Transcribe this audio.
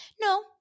No